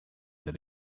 that